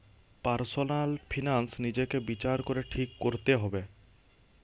personal finance নিজেকে বিচার করে ঠিক কোরতে হবে